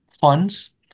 funds